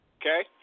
Okay